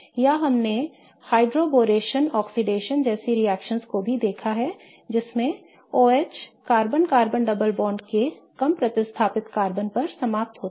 या हमने hydroboration oxidation जैसी रिएक्शनओं को भी देखा है जिसमें OH carbon carbon double bond के कम प्रतिस्थापित कार्बन पर समाप्त होता है